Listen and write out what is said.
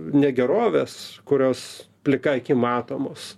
negeroves kurios plika akim matomos